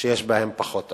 שיש בהם פחות אלימות.